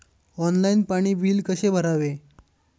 Online पाणी bill कसे भरावे?